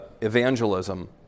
evangelism